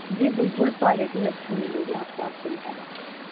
जी बिल्कुल क्वालिटी अच्छी मिलेगी आपको आप चिंता मत करिए